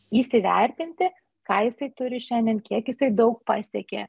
įsivertinti ką jisai turi šiandien kiek jisai daug pasiekė